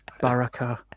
baraka